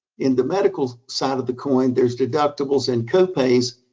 in the medical side of the coin there's deductibles and copays.